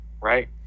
right